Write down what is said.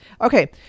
Okay